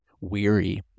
weary